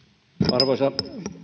arvoisa